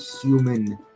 human